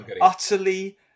utterly